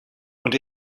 und